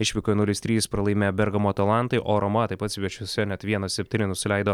išvykoje nulis trys pralaimėjo bergamo talantai o roma taip pat svečiuose net vienas septyni nusileido